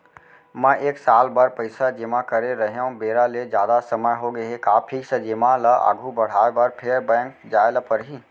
मैं एक साल बर पइसा जेमा करे रहेंव, बेरा ले जादा समय होगे हे का फिक्स जेमा ल आगू बढ़ाये बर फेर बैंक जाय ल परहि?